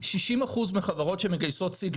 60% מהחברות שמגייסות Seed,